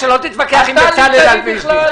שרובם שחקנים מרכזיים בקואליציה,